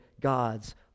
God's